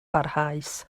barhaus